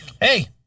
hey